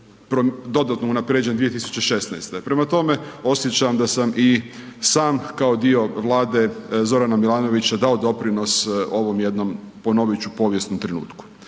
dodatno unaprijeđen 2016. Prema tome osjećam da sam i sam kao dio Vlade Zorana Milanovića dao doprinos ovom jednom ponovit ću, povijesnom trenutku.